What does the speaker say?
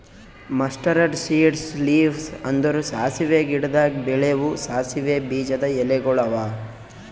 mustard seeds leaves ಅಂದುರ್ ಸಾಸಿವೆ ಗಿಡದಾಗ್ ಬೆಳೆವು ಸಾಸಿವೆ ಬೀಜದ ಎಲಿಗೊಳ್ ಅವಾ